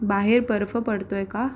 बाहेर बर्फ पडतो आहे का